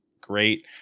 great